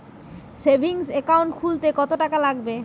Savings account খুলতে কতটাকা লাগবে?